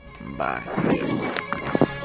Bye